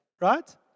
right